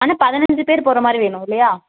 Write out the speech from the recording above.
ஆனால் பதினஞ்சு பேர் போகிற மாதிரி வேணும் இல்லையா